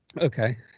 Okay